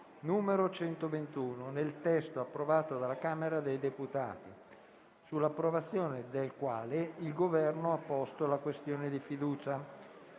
n. 121, nel testo approvato dalla Camera dei deputati, sull'approvazione del quale il Governo ha posto la questione di fiducia: